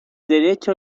derecho